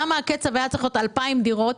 למה הקצב היה צריך להיות 2,000 דירות,